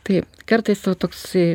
taip kartais va toksai